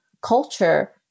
culture